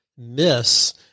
miss